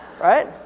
Right